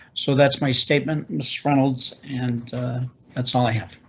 so that's my statement. miss reynolds. and that's all i have.